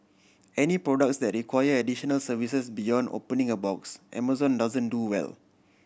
any products that require additional services beyond opening a box Amazon doesn't do well